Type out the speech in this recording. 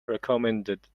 recommended